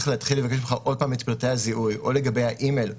לבקש ממך שוב את פרטי הזיהוי או לגבי האימייל שלך,